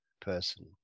person